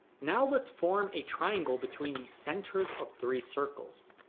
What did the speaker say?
now, let's form a triangle between the centers of three circles.